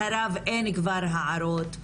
אחריו אין כבר הערות.